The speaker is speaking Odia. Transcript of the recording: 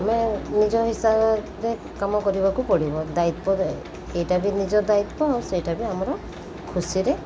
ଆମେ ନିଜ ହିସାବରେ କାମ କରିବାକୁ ପଡ଼ିବ ଦାୟିତ୍ଵରେ ଏଇଟା ବି ନିଜ ଦାୟିତ୍ୱ ଆଉ ସେଇଟା ବି ଆମର ଖୁସିରେ